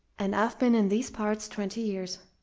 and i've been in these parts twenty years.